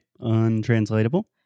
untranslatable